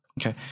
Okay